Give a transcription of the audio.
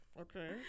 Okay